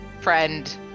friend